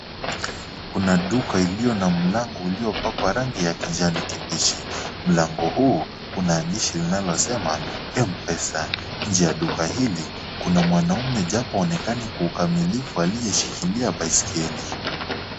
Kuna duka iliyo na mlango uliopakwa rangi ya kijani kibichi. Mlango huu una andishi linalosema M-pesa. Nje ya duka hili kuna mwamme japo haonekani kwa ukamilifu aliyeshikilia baiskeli.